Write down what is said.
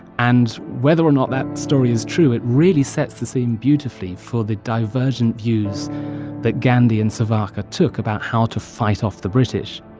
and whether or not that story is true, it really sets the scene beautifully for the divergent views that gandhi and savarkar took about how to fight off the british.